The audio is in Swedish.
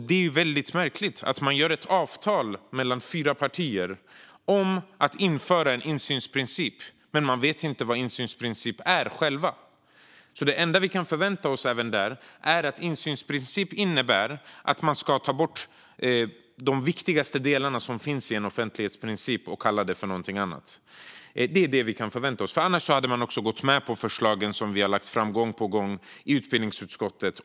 Det är märkligt att fyra partier ingår ett avtal om att införa en insynsprincip utan att själva veta vad en insynsprincip är. Det enda vi kan förvänta oss är att en insynsprincip innebär att man tar bort de viktigaste delarna i offentlighetsprincipen och kallar det något annat. Annars hade man gått med på det förslag om att införa offentlighetsprincipen som vi gång på gång lagt fram i utbildningsutskottet.